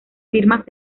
firmas